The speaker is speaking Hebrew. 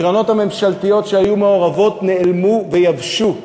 הקרנות הממשלתיות שהיו מעורבות נעלמו ויבשו,